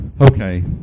okay